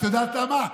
את יודעת למה?